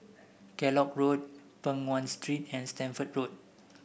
Kellock Road Peng Nguan Street and Stamford Road